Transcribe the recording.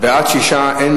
שמענו את שר